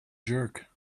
jerk